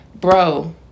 bro